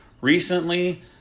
recently